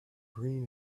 green